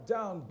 Down